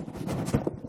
בבקשה.